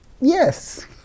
Yes